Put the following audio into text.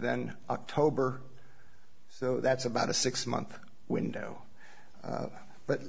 than october so that's about a six month window but